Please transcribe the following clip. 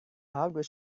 hardware